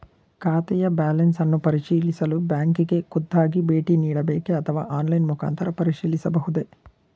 ಖಾತೆಯ ಬ್ಯಾಲೆನ್ಸ್ ಅನ್ನು ಪರಿಶೀಲಿಸಲು ಬ್ಯಾಂಕಿಗೆ ಖುದ್ದಾಗಿ ಭೇಟಿ ನೀಡಬೇಕೆ ಅಥವಾ ಆನ್ಲೈನ್ ಮುಖಾಂತರ ಪರಿಶೀಲಿಸಬಹುದೇ?